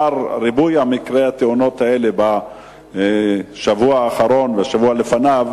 בפרט לאחר ריבוי מקרי התאונות האלה בשבוע האחרון ובשבוע שלפניו,